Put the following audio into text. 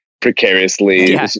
precariously